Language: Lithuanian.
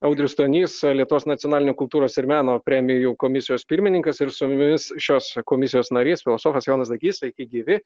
audrius stonys lietuvos nacionalinių kultūros ir meno premijų komisijos pirmininkas ir su mumis šios komisijos narys filosofas jonas dagys sveiki gyvi